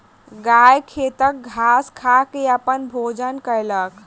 गाय खेतक घास खा के अपन भोजन कयलक